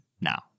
now